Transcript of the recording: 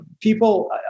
People